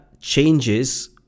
changes